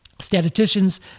Statisticians